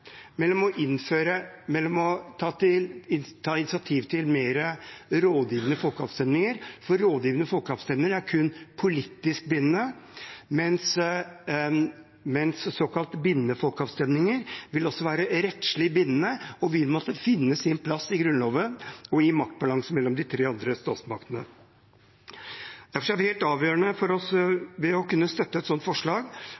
ta initiativ til mer bruk av rådgivende folkeavstemninger, for rådgivende folkeavstemninger er kun politisk bindende, mens såkalt bindende folkeavstemninger også vil være rettslig bindende og vil måtte finne sin plass i Grunnloven og i maktbalansen mellom de tre statsmaktene. Derfor er det helt avgjørende for oss